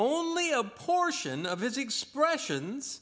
only a portion of his expressions